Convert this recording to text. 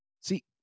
See